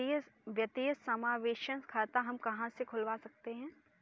वित्तीय समावेशन खाता हम कहां से खुलवा सकते हैं?